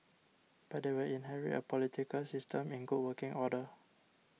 but they will inherit a political system in good working order